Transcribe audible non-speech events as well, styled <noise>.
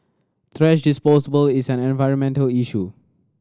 thrash <unintelligible> is an environmental issue